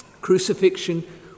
Crucifixion